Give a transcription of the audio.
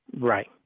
Right